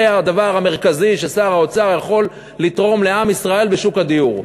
זה הדבר המרכזי ששר האוצר יכול לתרום לעם ישראל בשוק הדיור.